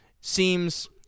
seems